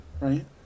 right